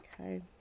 Okay